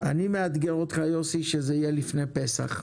אני מאתגר אותך יוסי שזה יהיה לפני פסח,